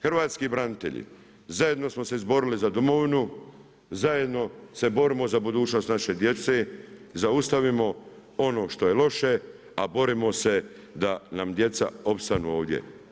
Hrvatski branitelji, zajedno smo se izborili za domovinu, zajedno se borimo za budućnost naše djece, zaustavimo ono što je loše a borimo se da nam djeca opstanu ovdje.